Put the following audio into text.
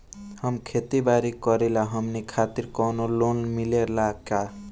हम खेती बारी करिला हमनि खातिर कउनो लोन मिले ला का?